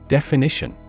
Definition